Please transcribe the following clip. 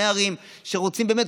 נערים שרוצים באמת,